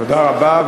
תודה רבה.